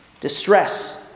Distress